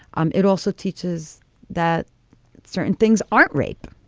um it also teaches that certain things aren't rape.